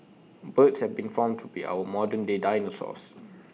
birds have been found to be our modern day dinosaurs